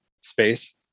space